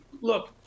look